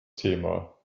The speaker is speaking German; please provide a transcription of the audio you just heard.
thema